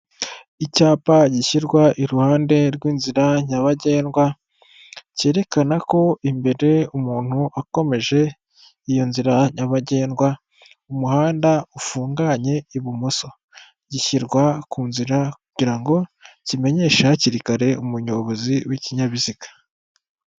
Icyapa gishyirwa iruhande rw'inzira nyabagendwa, cyerekana ko imbere umuntu akomeje iyo nzira nyabagendwa, umuhanda ufunganye ibumoso. Gishyirwa ku nzira, kugira ngo kimenyeshe hakiri kare umunyobozi w'ikinyabiziga.